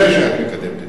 אני יודע שאת מקדמת החוק.